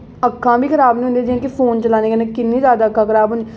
अक्खां बी खराब नेईं होंदियां जियां कि फोन चलाने कन्नै किन्नी ज्यादा अक्खां खराब होंदियां